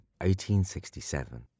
1867